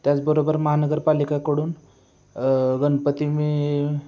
त्याचबरोबर महानगरपालिकेकडून गणपती मी